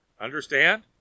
Understand